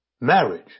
marriage